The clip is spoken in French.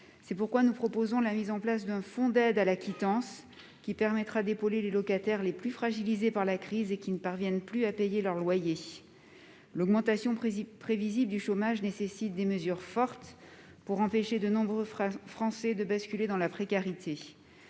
présent amendement proposent la mise en place d'un fonds d'aide à la quittance. Il permettra d'épauler les locataires les plus fragilisés par la crise et qui ne parviennent plus à payer leurs loyers. L'augmentation prévisible du chômage nécessite des mesures fortes pour empêcher de nombreux Français de basculer dans la précarité.